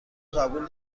قبول